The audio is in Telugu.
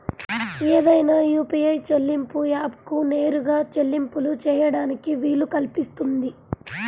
ఏదైనా యూ.పీ.ఐ చెల్లింపు యాప్కు నేరుగా చెల్లింపులు చేయడానికి వీలు కల్పిస్తుంది